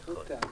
אני לא יודע.